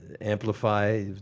amplify